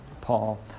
Paul